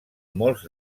molts